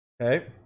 Okay